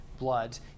blood